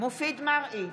מופיד מרעי,